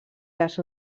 les